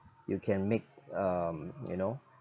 you can make um you know